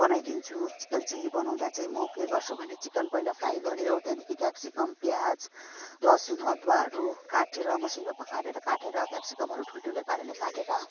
बनाइदिन्छु chicken chilli बनाउँदा चाहिँ म के गर्छु भने म चिकन पहिला फ्राई गऱ्यो त्यहाँदेखि केप्सिकम प्याज लसुन अदुवाहरू काटेर मसिनो पारेर काटेर क्याप्सिकमहरू ठुल्ठुलै पाराले काटेर